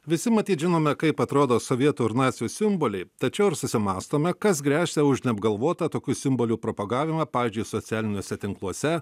visi matyt žinome kaip atrodo sovietų ir nacių simboliai tačiau ar susimąstome kas gresia už neapgalvotą tokių simbolių propagavimą pavyzdžiui socialiniuose tinkluose